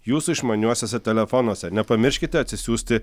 jūsų išmaniuosiuose telefonuose nepamirškite atsisiųsti